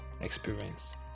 experience